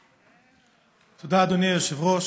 תודה, אדוני היושב-ראש.